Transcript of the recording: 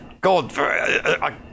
God